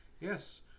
Yes